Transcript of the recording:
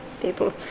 people